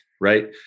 right